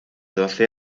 doce